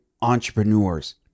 entrepreneurs